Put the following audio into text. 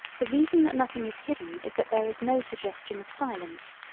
the reason that nothing is hidden is that there is no suggestion of silence.